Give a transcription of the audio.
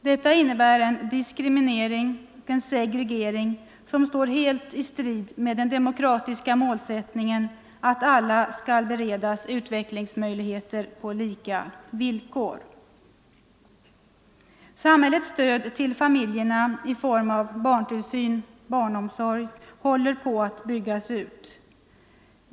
Detta innebär en diskriminering och en segregering som står helt i strid med den demokratiska målsättningen att alla skall beredas utvecklingsmöjligheter på lika villkor. Samhällets stöd till familjerna i form av barntillsyn, barnomsorg, håller på att byggas ut.